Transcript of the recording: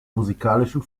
musikalischen